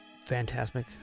fantastic